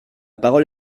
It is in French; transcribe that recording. parole